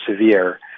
severe